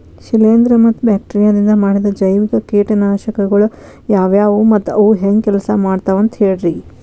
ಶಿಲೇಂಧ್ರ ಮತ್ತ ಬ್ಯಾಕ್ಟೇರಿಯದಿಂದ ಮಾಡಿದ ಜೈವಿಕ ಕೇಟನಾಶಕಗೊಳ ಯಾವ್ಯಾವು ಮತ್ತ ಅವು ಹೆಂಗ್ ಕೆಲ್ಸ ಮಾಡ್ತಾವ ಅಂತ ಹೇಳ್ರಿ?